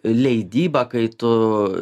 leidyba kai tu